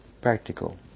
practical